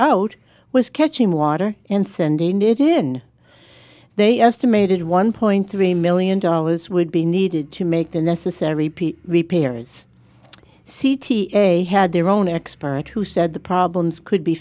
out was catching water and sending it in they estimated one point three million dollars would be needed to make the necessary repairs c t a had their own expert who said the problems could be